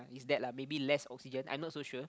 is that lah maybe less oxygen I not so sure